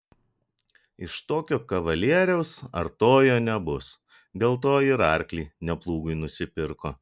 iš tokio kavalieriaus artojo nebus dėl to ir arklį ne plūgui nusipirko